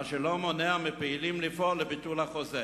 מה שלא מונע מפעילים לפעול לביטול החוזה.